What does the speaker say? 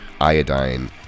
Iodine